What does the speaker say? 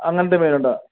അങ്ങനത്തെ മീനുണ്ടോ